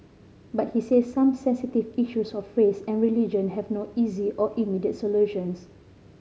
but he said some sensitive issues of face and religion have no easy or immediate solutions